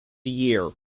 year